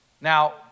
Now